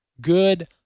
good